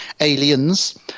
aliens